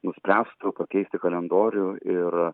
nuspręstų pakeisti kalendorių ir